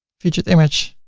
featured image,